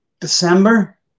December